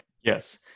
Yes